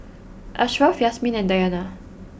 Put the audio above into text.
Ashraf Yasmin and Dayana